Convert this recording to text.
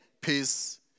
peace